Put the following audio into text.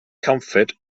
comfort